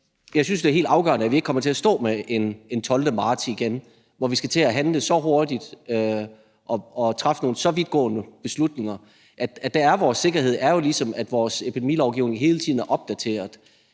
jeg synes, det er helt afgørende, at vi ikke kommer til at stå med en 12. marts igen, hvor vi skal til at handle så hurtigt og træffe nogle så vidtgående beslutninger – der er vores sikkerhed jo ligesom, at vores epidemilovgivning hele tiden er opdateret.